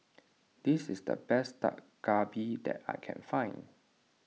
this is the best Dak Galbi that I can find